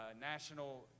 National